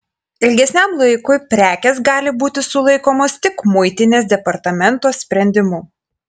ilgesniam laikui prekės gali būti sulaikomos tik muitinės departamento sprendimu